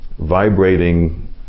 vibrating